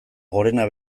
gorena